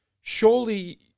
surely